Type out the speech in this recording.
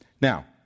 Now